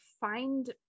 find